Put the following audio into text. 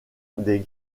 des